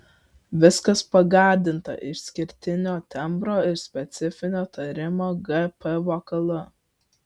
viskas pagardinta išskirtinio tembro ir specifinio tarimo gp vokalu